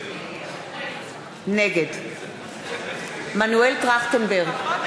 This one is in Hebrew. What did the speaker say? נגד מנואל טרכטנברג,